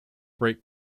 bright